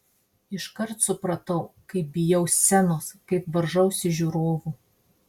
iškart supratau kaip bijau scenos kaip varžausi žiūrovų